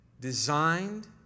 designed